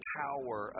power